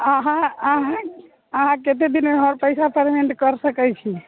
अहाँ अहाँ अहाँ कतेक दिन हमर पैसा पेमेन्ट कर सकैत छी